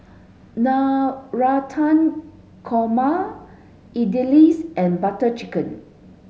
Navratan Korma Idili's and Butter Chicken